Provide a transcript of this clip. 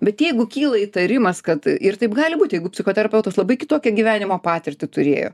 bet jeigu kyla įtarimas kad ir taip gali būti jeigu psichoterapeutas labai kitokią gyvenimo patirtį turėjo